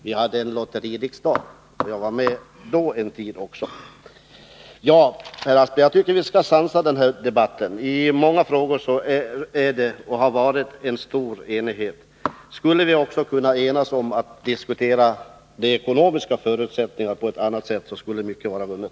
Vi hade en lotteririksdag, och jag var också då med en tid. Jag tycker att vi skall sansa den här debatten, herr Aspling. I många frågor är det — och har det varit — stor enighet. Skulle vi också kunna enas om att diskutera de ekonomiska förutsättningarna på ett annat sätt, så skulle mycket vara vunnet.